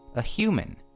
a human,